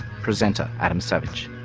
presenter adam savage.